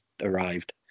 arrived